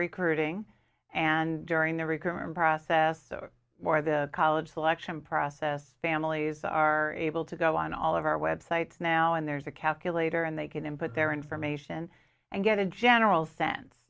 recruiting and during the recruitment process the more the college selection process families are able to go on all of our web sites now and there's a calculator and they can input their information and get a general sense